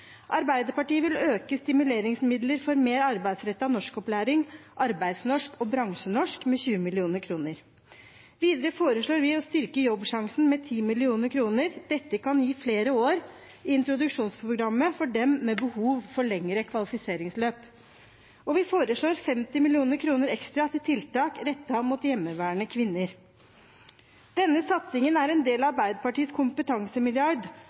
Arbeiderpartiet vil øke stimuleringsmidler for mer arbeidsrettet norskopplæring, arbeidsnorsk og bransjenorsk, med 20 mill. kr. Videre foreslår vi å styrke Jobbsjansen med 10 mill. kr. Dette kan gi flere år i introduksjonsprogrammet for dem med behov for lengre kvalifiseringsløp. Vi foreslår også 50 mill. kr ekstra til tiltak rettet mot hjemmeværende kvinner. Denne satsingen er en del av Arbeiderpartiets kompetansemilliard.